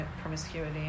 promiscuity